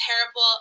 terrible